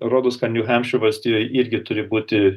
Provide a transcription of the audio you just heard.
rodos kad niu hanšiu valstijoj irgi turi būti